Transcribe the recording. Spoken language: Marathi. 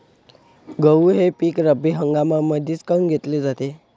गहू हे पिक रब्बी हंगामामंदीच काऊन घेतले जाते?